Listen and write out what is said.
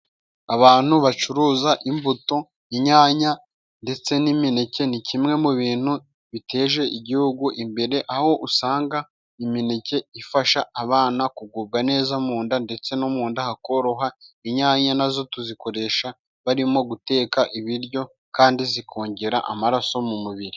Abantu bacuruza imbuto, inyanya ndetse n'imineke ni kimwe mu bintu biteje igihugu imbere, aho usanga imineke ifasha abana kugubwa neza mu nda, ndetse no mu nda hakoroha. Inyanya na zo tuzikoresha barimo guteka ibiryo, kandi zikongera amaraso mu mubiri.